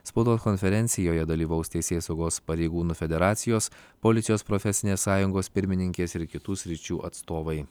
spaudos konferencijoje dalyvaus teisėsaugos pareigūnų federacijos policijos profesinės sąjungos pirmininkės ir kitų sričių atstovai